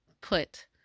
put